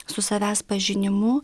su savęs pažinimu